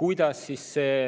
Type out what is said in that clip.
kuidas see